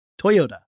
Toyota